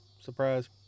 Surprise